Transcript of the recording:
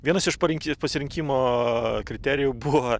vienas iš parinki pasirinkimo kriterijų buva